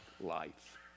life